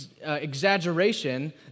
exaggeration